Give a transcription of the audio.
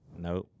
no